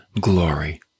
glory